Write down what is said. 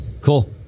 Cool